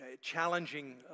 challenging